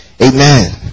Amen